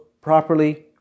properly